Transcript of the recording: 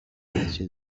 بچه